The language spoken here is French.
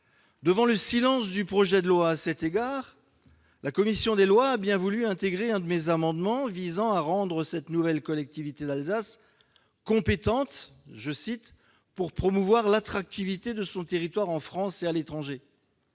Devant le silence du projet de loi à cet égard, la commission des lois a bien voulu intégrer un de mes amendements visant à rendre cette nouvelle collectivité d'Alsace compétente « pour promouvoir l'attractivité de son territoire en France et à l'étranger